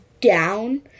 down